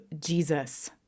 Jesus